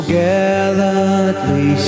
gallantly